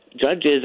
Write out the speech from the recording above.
judges